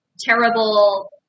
terrible –